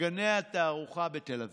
בגני התערוכה בתל אביב.